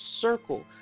circle